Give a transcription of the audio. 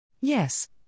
Yes